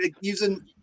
using